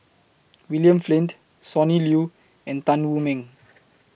William Flint Sonny Liew and Tan Wu Meng